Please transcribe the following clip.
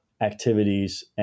activities